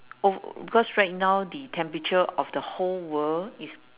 oh because right now the temperature of the whole world is